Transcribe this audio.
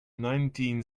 nineteen